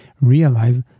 realize